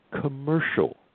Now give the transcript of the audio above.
commercial